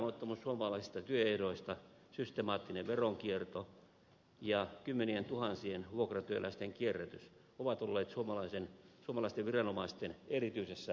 piittaamattomuus suomalaisista työehdoista systemaattinen veronkierto ja kymmenientuhansien vuokratyöläisten kierrätys ovat olleet suomalaisten viranomaisten erityisessä suojeluksessa